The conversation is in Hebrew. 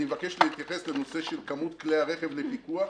אני מבקש להתייחס לנושא של כמות כלי הרכב לפיקוח,